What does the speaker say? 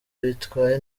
bitwaye